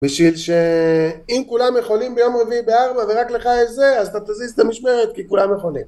בשביל שאם כולם יכולים ביום רביעי בארבע ורק לך יש זה, אז אתה תזיז את המשמרת כי כולם יכולים